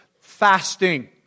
fasting